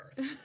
Earth